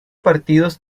partidos